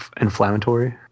inflammatory